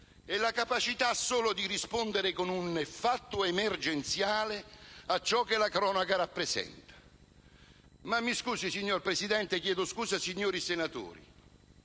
e la capacità solo di rispondere con un fatto emergenziale a ciò che la cronaca rappresenta. Signora Presidente, signori senatori,